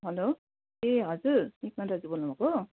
hello ए हजुर सुभाष दाजु बोल्नु भएको हो